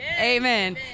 Amen